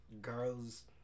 girls